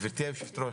גברתי, יושבת הראש,